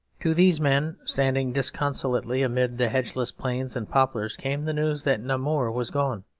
to these men, standing disconsolately amid the hedgeless plains and poplars, came the news that namur was gone,